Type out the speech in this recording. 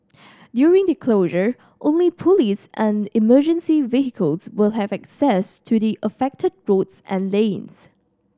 during the closure only police and emergency vehicles will have access to the affected roads and lanes